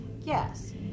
Yes